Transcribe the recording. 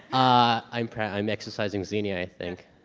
i'm proud, i'm exercising xenia. i think